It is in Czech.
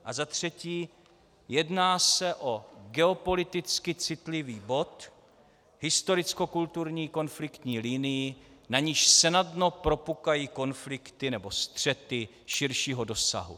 A za třetí, jedná se o geopoliticky citlivý bod, historickokulturní konfliktní linii, na níž snadno propukají konflikty nebo střety širšího dosahu.